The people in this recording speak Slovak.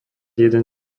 jeden